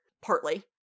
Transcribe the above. partly